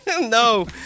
No